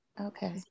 okay